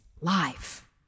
life